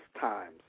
times